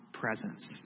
presence